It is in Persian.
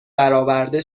برآورده